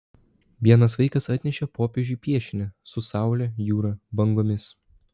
vienas vaikas atnešė popiežiui piešinį su saule jūra bangomis